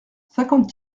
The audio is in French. cinquante